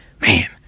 Man